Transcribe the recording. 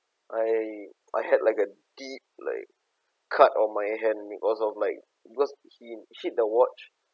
I I had like a deep like cut on my hand because of like because he hit the watch